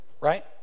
right